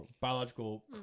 biological